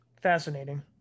Fascinating